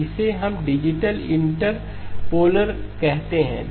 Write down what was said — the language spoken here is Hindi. इसे हम डिजिटल इंटरपोलर कहते हैं